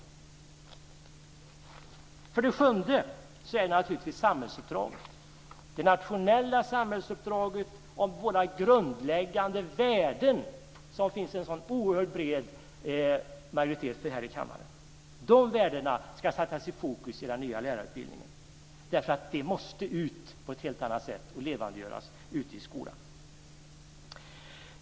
Slutligen handlar det naturligtvis om samhällsuppdraget, det nationella samhällsuppdraget om våra grundläggande värden som det finns en sådan oerhört bred majoritet för här i kammaren. De värdena ska sättas i fokus i den nya lärarutbildningen. De måste nämligen ut på ett helt annat sätt och levandegöras ute i skolan.